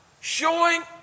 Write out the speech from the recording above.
showing